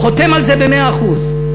חותם על זה במאה אחוז.